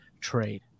trade